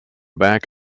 back